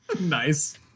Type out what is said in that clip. Nice